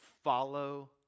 follow